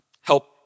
help